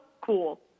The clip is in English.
cool